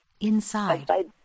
inside